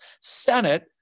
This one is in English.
Senate